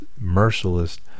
Merciless